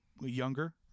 younger